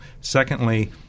Secondly